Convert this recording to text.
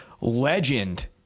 legend